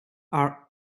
are